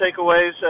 takeaways